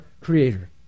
Creator